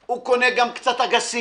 הוא קונה גם קצת אגסים,